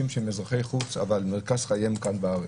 שהם אזרחי חוץ אבל מרכז חייהם כאן בארץ,